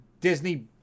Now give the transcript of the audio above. Disney